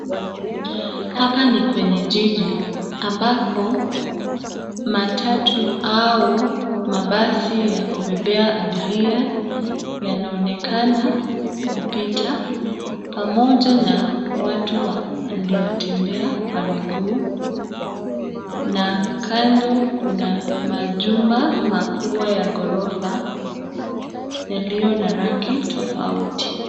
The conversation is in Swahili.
Hapa ni kwenye jiji ambako matatu au mabasi ya kubebea abiria yanaonekana kupita pamoja na watu wanaliotembea Kwa miguu na kando kuna majumba mkubwa ya ghorofa yaliyo na rangi tofauti.